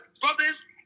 brothers